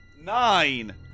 nine